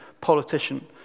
politician